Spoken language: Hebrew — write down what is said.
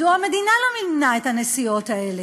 מדוע המדינה לא מימנה את הנסיעות האלה?